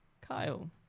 Kyle